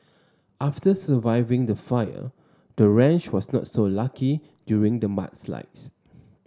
after surviving the fire the ranch was not so lucky during the mudslides